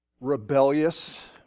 rebellious